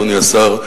אדוני השר,